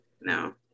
No